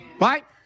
Right